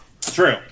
True